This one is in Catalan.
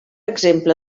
exemple